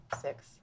six